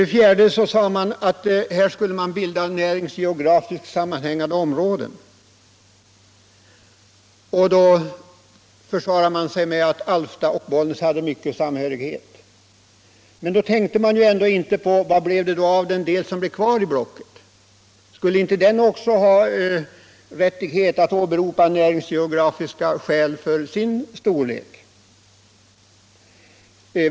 Man skulle enligt riktlinjerna för kommunreformen bilda näringsgeografiskt sammanhängande områden. Då försvarade man sig med att Alfta och Bollnäs hade stor samhörighet. Men man tänkte inte på vad det blev av den del som blev kvar i blocket. Skulle inte den också ha rättighet att åberopa näringsgeografiska skäl för sin storlek?